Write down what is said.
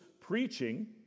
preaching